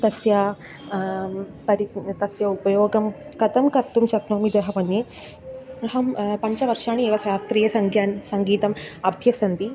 तस्य परि तस्य उपयोगं कथं कर्तुं शक्नोमि इतः मन्ये अहं पञ्च वर्षाणि एव शास्त्रीयसङ्ख्यान् सङ्गीतम् आभ्यसन्ति